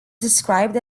described